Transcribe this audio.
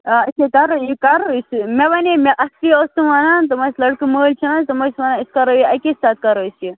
آ أسے کَرو یہِ یہِ کرو أسہِ مےٚ وَنے مےٚ اَصلی ٲس تِم وَنان تِم ٲس لٔڑکہٕ مٲلۍ چھِ نہٕ حظ تِم ٲسۍ وَنان أسۍ کرو یہِ اَکی ساتہٕ کرو أسۍ یہِ